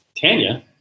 Tanya